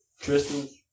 Tristan